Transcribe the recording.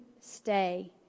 stay